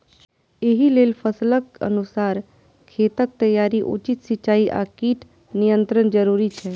एहि लेल फसलक अनुसार खेतक तैयारी, उचित सिंचाई आ कीट नियंत्रण जरूरी छै